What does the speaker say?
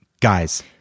Guys